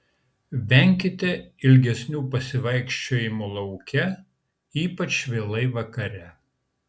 venkite ilgesnių pasivaikščiojimų lauke ypač vėlai vakare